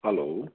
hello